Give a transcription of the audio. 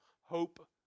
hope